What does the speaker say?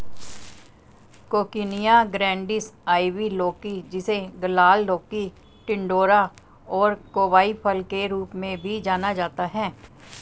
coccinia grandis, ivy लौकी, जिसे लाल लौकी, टिंडोरा और कोवाई फल के रूप में भी जाना जाता है